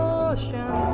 ocean